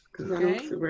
Okay